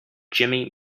jimmy